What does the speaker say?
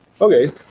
Okay